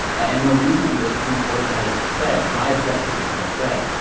and more recently, the supreme court has said, five justices have said,